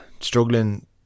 struggling